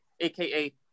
aka